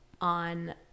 on